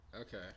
Okay